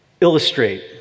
illustrate